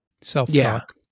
Self-talk